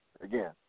again